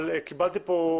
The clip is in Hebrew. אבל קיבלתי פה,